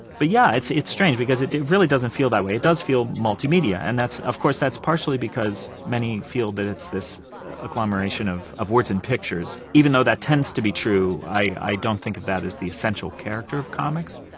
but yeah, it's it's strange because it really doesn't feel that way. it does feel multimedia and, of course, that's partially because many feel that it's this agglomeration of of words and pictures. even though that tends to be true, i don't think of that as the essential character of comics.